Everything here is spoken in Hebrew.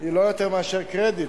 היא לא יותר מאשר קרדיט,